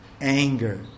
anger